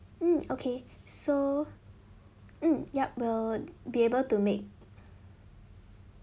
mm okay so mm yup we'll be able to make